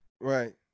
Right